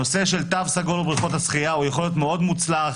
הנושא של תו סגול בבריכות השחייה הוא יכול להיות מאוד מוצלח,